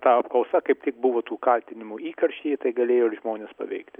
ta apklausa kaip tik buvo tų kaltinimų įkarštyje tai galėjo ir žmones paveikti